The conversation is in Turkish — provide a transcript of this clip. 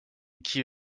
iki